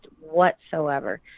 whatsoever